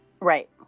Right